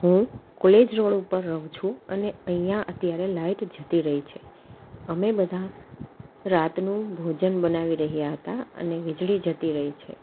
હું college road ઉપર રહું છું અને અહીંયા અત્યારે લાઇટ જતી રહી છે અમે બધા રાતનું ભોજન બનાવી રહ્યાં હતાં અને વીજળી જતી રહી છે